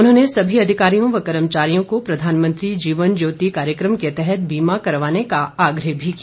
उन्होंने सभी अधिकारियों व कर्मचारियों को प्रधानमंत्री जीवन ज्योति कार्यक्रम के तहत बीमा करवाने का आग्रह भी किया